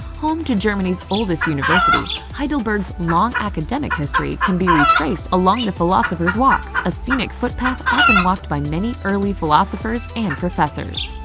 home to germany's oldest university, heidelberg's long academic history can be retraced along the philosopher's walk, a scenic footpath often walked by many earlier philosophers and professors.